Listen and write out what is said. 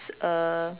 uh